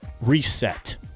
Reset